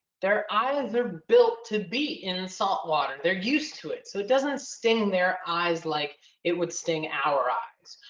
their eyes, they're built to be in saltwater. they're used to, it so it doesn't sting their eyes like it would sting our eyes,